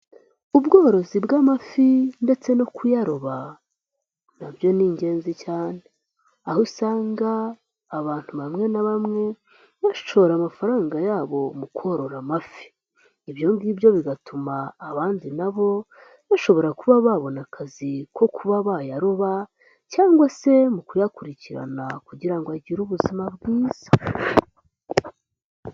Ubworozi bw'amafi ndetse no kuyaroba nabyo ni ingenzi cyane, aho usanga abantu bamwe na bamwe bashora amafaranga yabo mu korora amafi, ibyo ngibyo bigatuma abandi nabo bashobora kuba babona akazi ko kuba bayaroba cyangwa se mu kuyakurikirana kugira ngo agire ubuzima bwiza.